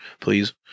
please